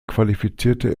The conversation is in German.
qualifizierte